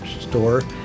store